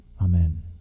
Amen